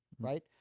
Right